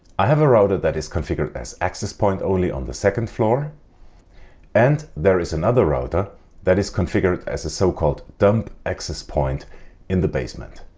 i have a router that is configured as access point only on the second floor and there is another router that is configured as a so called dumb access point in the basement.